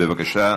בבקשה.